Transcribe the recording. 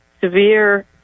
severe